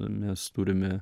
mes turime